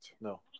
No